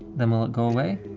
then will it go away?